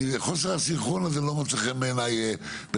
וחוסר הסנכרון הזה לא מוצא חן בעיני בכלל.